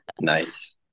nice